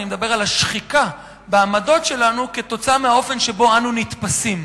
אני מדבר על השחיקה בעמדות שלנו כתוצאה מהאופן שבו אנו נתפסים.